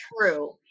true